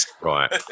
right